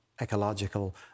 ecological